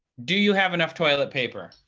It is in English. do you have enough toilet paper?